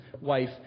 wife